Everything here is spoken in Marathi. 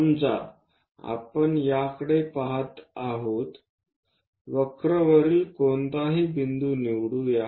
समजा आपण याकडे पहात आहोत वक्रवरील कोणतेही बिंदू निवडूया